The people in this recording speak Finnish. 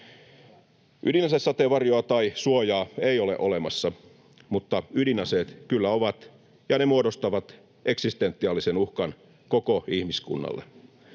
Ydinasesateenvarjoa tai -suojaa ei ole olemassa, mutta ydinaseet kyllä ovat, ja ne muodostavat eksistentiaalisen uhkan koko ihmiskunnalle.